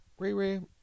RiRi